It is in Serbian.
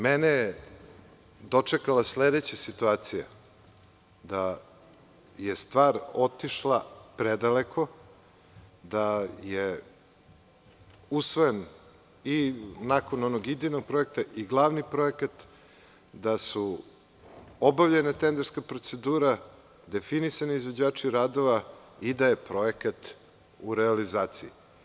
Mene je dočekala sledeća situacija – da je stvar otišla predaleko, da je usvojen i nakon onog idejnog projekta i glavni projekat, da je obavljena tenderska procedura, definisani izvođači radova i da je projekat u realizaciji.